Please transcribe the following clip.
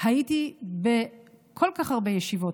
הייתי בכל כך הרבה ישיבות,